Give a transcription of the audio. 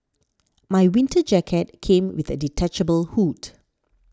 my winter jacket came with a detachable hood